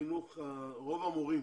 רוב המורים